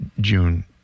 June